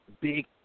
big